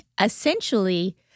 essentially